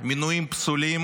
מינויים פסולים,